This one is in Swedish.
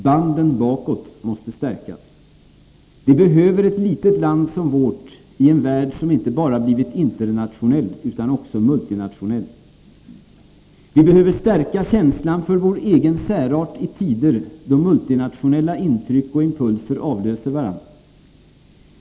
Banden bakåt måste stärkas — det behöver ett litet land som vårt i en värld som blivit inte bara internationell utan också multinationell. Vi behöver stärka känslan för vår egen särart i tider då multinationella intryck och impulser avlöser varandra.